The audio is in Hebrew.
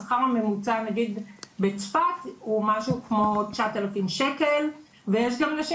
השכר הממוצע בצפת הוא משהו כמו 9,000 שקל ויש גם נשים